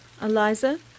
Eliza